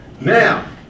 Now